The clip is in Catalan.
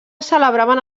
celebraven